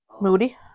moody